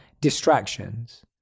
distractions